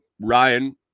Ryan